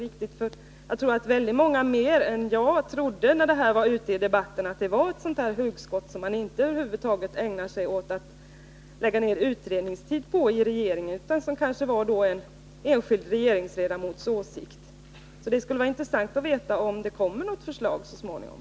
Fler än jag trodde, när förslaget berördes i debatterna, att det var ett sådant hugskott som man över huvud taget inte lägger ned utredningstid på i regeringen, att det kanske var en enskild regeringsledamots åsikt. Det skulle vara intressant att få veta om det kommer något förslag så småningom.